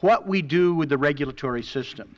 what we do with the regulatory system